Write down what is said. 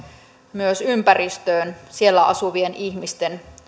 myös ympäristöön siellä asuvien ihmisten